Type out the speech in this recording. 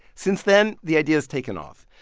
since then, the idea has taken off.